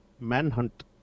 Manhunt